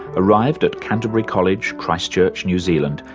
arrived at canterbury college, christchurch, new zealand,